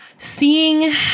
Seeing